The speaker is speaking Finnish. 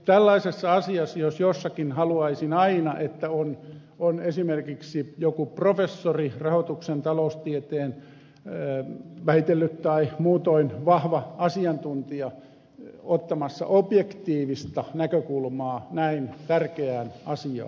tällaisessa asiassa jos jossakin haluaisin aina että on esimerkiksi joku professori rahoituksen taloustieteen väitellyt tai muutoin vahva asiantuntija ottamassa objektiivista näkökulmaa näin tärkeään asiaan